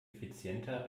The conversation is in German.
effizienter